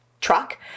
truck